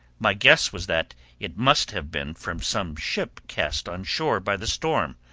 my guess was that it must have been from some ship cast on shore by the storm.